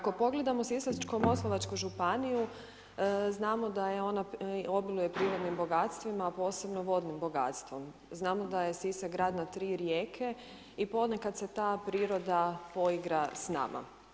Eko pogledamo Sisačko-moslavačku županiju znamo da ona obiluje prirodnim bogatstvima a posebno vodnim bogatstvom, znamo da je Sisak grad na tri rijeke i ponekad se ta priroda poigra s nama.